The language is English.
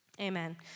Amen